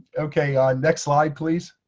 okay, ah next slide, please.